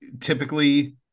typically